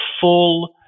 full